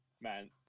Man